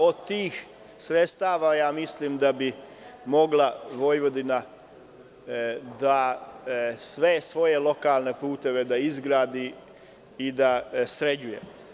Od tih sredstava mislim da bi mogla Vojvodina da sve svoje lokalne puteve izgradi i da sređuje.